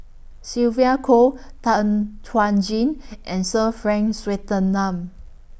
Sylvia Kho Tan Chuan Jin and Sir Frank Swettenham